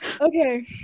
okay